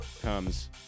comes